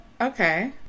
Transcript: Okay